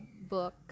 book